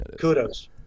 Kudos